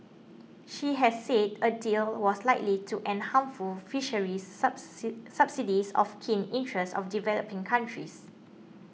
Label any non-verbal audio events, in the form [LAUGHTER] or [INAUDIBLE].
she has said a deal was likely to end harmful fisheries [UNINTELLIGIBLE] subsidies of keen interest of developing countries